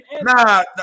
Nah